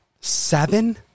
Seven